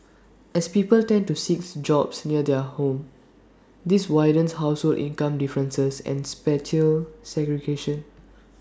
as people tend to seek jobs near their homes this widens household income differences and spatial segregation